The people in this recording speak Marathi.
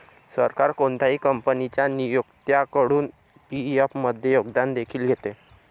सरकार कोणत्याही कंपनीच्या नियोक्त्याकडून पी.एफ मध्ये योगदान देखील घेते